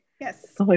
Yes